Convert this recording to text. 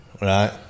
right